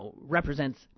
represents